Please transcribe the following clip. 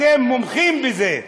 אתם מומחים בזה.